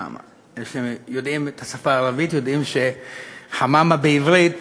אלה שיודעים את השפה הערבית יודעים ש"חממה" בעברית